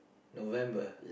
November